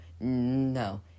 No